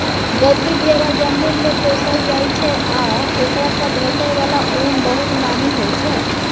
गद्दी भेरा जम्मूमे पोसल जाइ छै आ एकरासँ भेटै बला उन बहुत नामी होइ छै